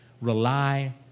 rely